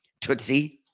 tootsie